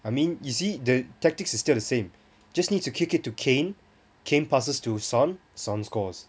I mean you see the tactics is still the same just need to kick it to kane kane passes to son son scores